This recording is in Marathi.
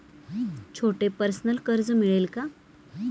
छोटे पर्सनल कर्ज मिळेल का?